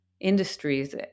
industries